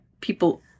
people